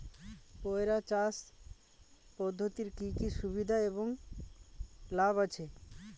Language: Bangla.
পয়রা চাষ পদ্ধতির কি কি সুবিধা এবং লাভ আছে?